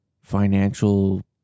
financial